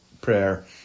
Prayer